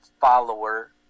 follower